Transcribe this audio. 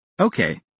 Okay